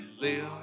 live